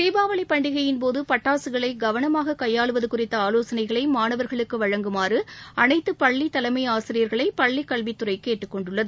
தீபாவளி பண்டிகையின் போது பட்டாசுகளை கவனமாக கையாளுவது குறித்த ஆலோசனைகளை மாணவர்களுக்கு வழங்குமாறு அனைத்து பள்ளி தலைமை ஆசிரியர்களை பள்ளிக் கல்வித்துறை கேட்டுக்கொண்டுள்ளது